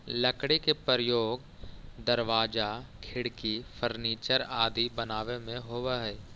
लकड़ी के प्रयोग दरवाजा, खिड़की, फर्नीचर आदि बनावे में होवऽ हइ